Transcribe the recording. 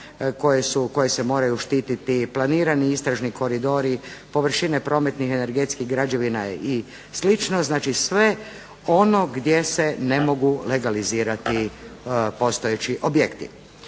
koje se moraju štititi, planirani istražni koridori, površine prometnih energetskih građevina i sl. znači sve ono gdje se ne mogu legalizirati postojeći objekti.